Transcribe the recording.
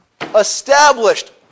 established